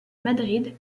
madrid